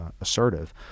assertive